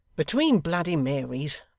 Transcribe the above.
between bloody marys,